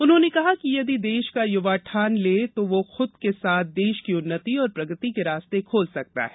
उन्होंने कहा कि यदि देश का युवा ठान ले तो वह खूद के साथ देश की उन्नति और प्रगति के रास्ते खोल सकता है